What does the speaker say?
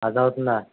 అర్ధమవుతుందా